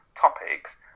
topics